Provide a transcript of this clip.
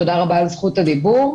תודה רבה על זכות הדיבור.